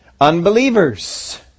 unbelievers